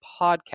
podcast